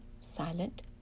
silent